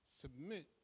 submit